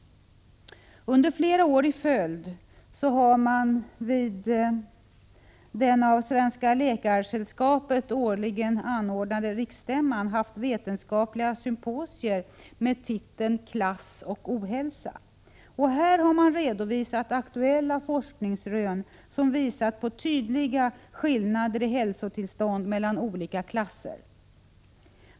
Under flera år i följd har man vid den av Svenska läkaresällskapet årligen anordnade riksstämman haft vetenskapliga symposier med titeln ”Klass och ohälsa”. Här har man redovisat aktuella forskningsrön, som visat på tydliga skillnader i hälsotillstånd mellan olika klasser.